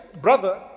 brother